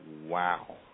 wow